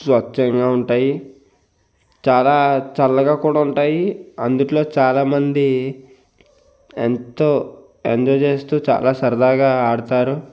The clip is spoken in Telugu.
స్వచ్ఛంగా ఉంటాయి చాలా చల్లగా కూడా ఉంటాయి అందులో చాలామంది ఎంతో ఎంజాయ్ చేస్తూ చాలా సరదాగా ఆడతారు